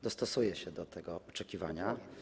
Dostosuję się do tego oczekiwania.